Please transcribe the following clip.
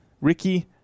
Ricky